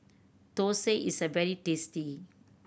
thosai is very tasty